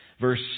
Verse